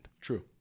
True